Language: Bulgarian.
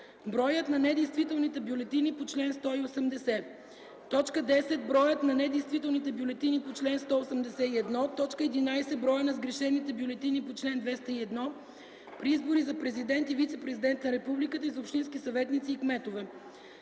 броят на недействителните бюлетини по чл. 180; 10. броят на недействителните бюлетини по чл. 181; 11. броят на сгрешените бюлетини по чл. 201 – при избори за президент и вицепрезидент на републиката и за общински съветници и кметове;